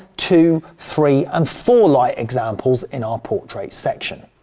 two, three and four light examples in our portrait section.